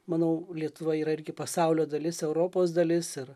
manau lietuva yra irgi pasaulio dalis europos dalis ir